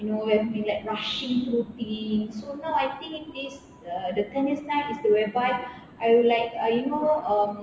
you know we have been like rushing through things so I now I think this uh the ten years time is to whereby I would like uh you know um